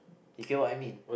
you get what I mean